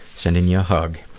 sending you a hug.